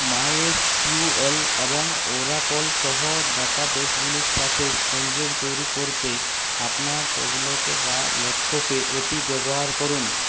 MySQL এবং Oracle সহ ডাটাবেসগুলির সাথে সংযোগ তৈরি করতে আপনার ট্যাবলেটে বা ল্যাপটপে এটি ব্যবহার করুন